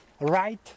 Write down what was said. right